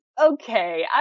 Okay